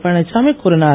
பழனிச்சாமி கூறினார்